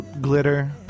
Glitter